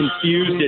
confused